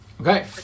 Okay